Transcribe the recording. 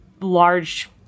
large